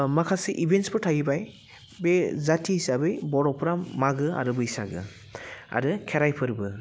माखासे इभेन्टसफोर थाहैबाय बे जाति हिसाबै बर'फोरा मागो आरो बैसागो आरो खेराइ फोरबो